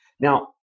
Now